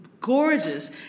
gorgeous